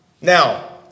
Now